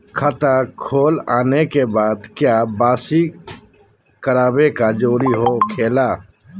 खाता खोल आने के बाद क्या बासी करावे का जरूरी हो खेला?